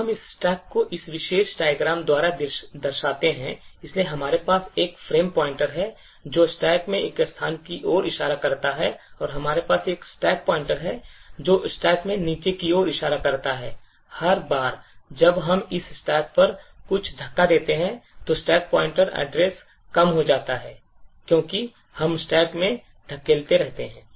अब हम इस stack को इस विशेष diagram द्वारा दर्शाते हैं इसलिए हमारे पास एक फ्रेम पॉइंटर है जो stack में एक स्थान की ओर इशारा करता है और हमारे पास एक stack पॉइंटर है जो stack में नीचे की ओर इशारा करता है हर बार जब हम इस stack पर कुछ धक्का देते हैं तो stack पॉइंटर address कम हो जाता है क्योंकि हम stack में धकेलते रहते हैं